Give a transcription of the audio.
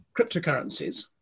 cryptocurrencies